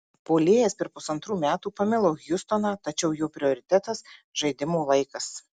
puolėjas per pusantrų metų pamilo hjustoną tačiau jo prioritetas žaidimo laikas